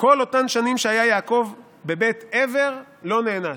שכל אותן שנים שהיה יעקב בבית עבר לא נענש"